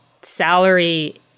salary